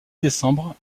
décembre